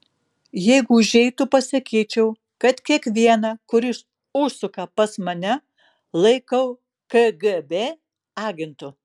jeigu užeitų pasakyčiau kad kiekvieną kuris užsuka pas mane laikau kgb agentu